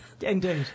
indeed